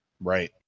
Right